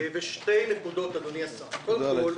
שתי נקודות, אדוני השר: נושא אחד,